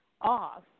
off